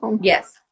Yes